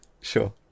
sure